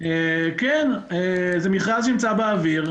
זה מכרז שנמצא באוויר,